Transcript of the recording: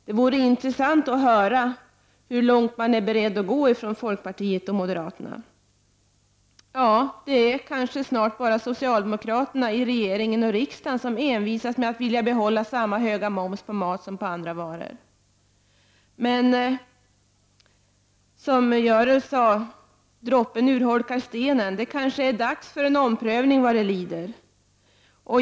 Det vore intressant att höra hur långt man från folkpartiet och moderaterna är beredda att gå. Ja, det är kanske snart bara socialdemokraterna i regeringen och riksdagen som envisas med att vilja behålla samma höga moms på mat som på andra varor. Men som Görel Thurdin sade: Droppen urholkar stenen. Det är kanske dags för en omprövning vad det lider.